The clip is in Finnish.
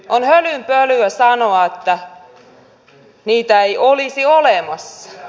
on hölynpölyä sanoa että niitä ei olisi olemassa